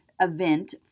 event